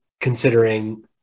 considering